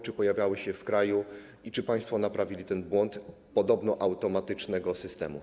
Czy pojawiały się w kraju i czy państwo naprawili ten błąd podobno automatycznego systemu?